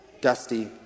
dusty